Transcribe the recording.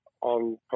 on